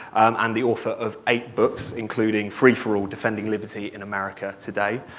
and the author of eight books, including, free for all defending liberty in america today.